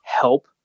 help